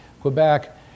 Quebec